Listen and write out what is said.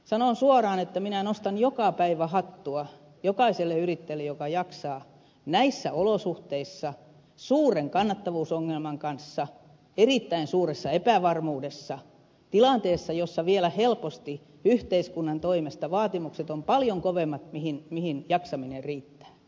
sanon suoraan että minä nostan joka päivä hattua jokaiselle yrittäjälle joka jaksaa näis sä olosuhteissa suuren kannattavuusongelman kanssa erittäin suuressa epävarmuudessa tilanteessa jossa vielä helposti yhteiskunnan toimesta vaatimukset ovat paljon kovemmat mihin jaksaminen riittää